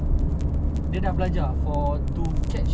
actually that is what list page nak buat macam baha~